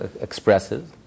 expresses